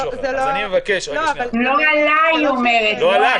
היא אומרת שזה לא עלה.